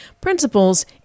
principles